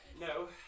No